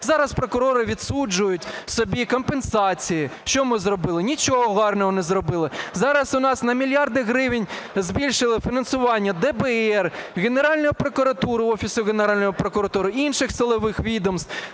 Зараз прокурори відсуджують собі компенсації. Що ми зробили? Нічого гарного не зробили. Зараз у нас на мільярди гривень збільшили фінансування ДБР, Генеральної прокуратури, Офісу Генеральної прокуратури, інших силових відомств.